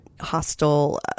hostile